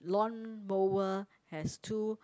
lawn mower has two